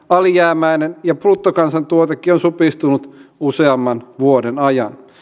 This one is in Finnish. alijäämäinen ja bruttokansantuotekin on supistunut useamman vuoden ajan